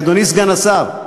אדוני סגן השר,